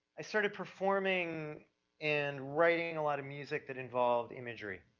i started performing and writing a lot of music that involved imagery.